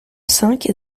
cinq